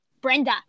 Brenda